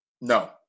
No